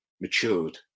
matured